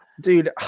Dude